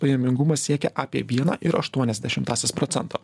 pajamingumas siekia apie vieną ir aštuonias dešimtąsias procento